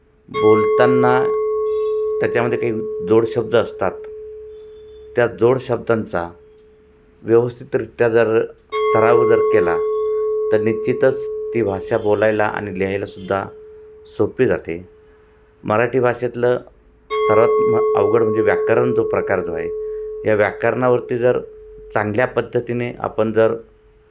बोलताना त्याच्यामध्ये काही जोड शब्द असतात त्या जोड शब्दांचा व्यवस्थितरित्या जर सराव जर केला तर निश्चितच ती भाषा बोलायला आणि लिहायलासुद्धा सोपी जाते मराठी भाषेतलं सर्वात मग अवघड म्हणजे व्याकरण जो प्रकार जो आहे या व्याकरणावरती जर चांगल्या पद्धतीने आपण जर